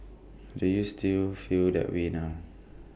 do you still feel that way now